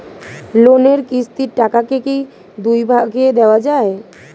লোনের কিস্তির টাকাকে কি দুই ভাগে দেওয়া যায়?